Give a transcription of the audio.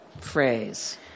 phrase